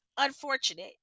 unfortunate